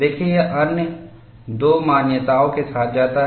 देखें यह अन्य दो मान्यताओं के साथ जाता है